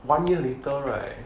one year later right